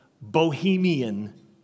bohemian